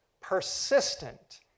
persistent